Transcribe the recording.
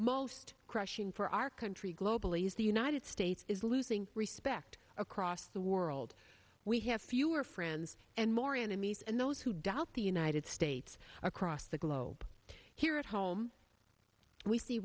most crushing for our country globally as the united states is losing respect across the world we have fewer friends and more enemies and those who doubt the united states across the globe here at home we see